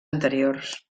anteriors